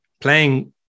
Playing